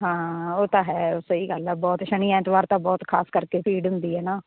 ਹਾਂ ਉਹ ਤਾਂ ਹੈ ਸਹੀ ਗੱਲ ਆ ਬਹੁਤ ਸ਼ਨੀ ਐਤਵਾਰ ਦਾ ਬਹੁਤ ਖਾਸ ਕਰਕੇ ਭੀੜ ਹੁੰਦੀ ਹੈ ਨਾ